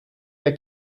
der